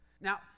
now